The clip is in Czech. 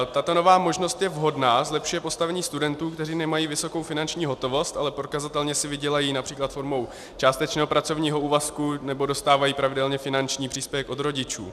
Tato nová možnost je vhodná, zlepšuje postavení studentů, kteří nemají vysokou finanční hotovost, ale prokazatelně si vydělají například formou částečného pracovního úvazku nebo dostávají pravidelně finanční příspěvek od rodičů.